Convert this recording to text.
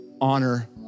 Honor